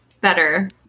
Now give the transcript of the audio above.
better